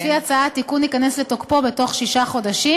לפי ההצעה, התיקון ייכנס לתוקפו בתוך שישה חודשים.